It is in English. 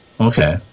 Okay